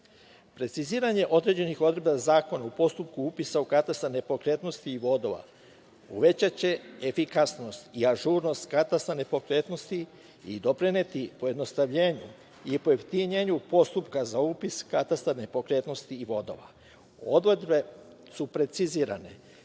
Preciziranje određenih odredaba Zakona o postupku upisa u katastar nepokretnosti i vodova uvećanje efikasnost i ažurnost katastra nepokretnosti i doprineti pojednostavljenju i pojeftinjenju postupka za upis u katastar nepokretnosti i vodova. Odredbe su precizirane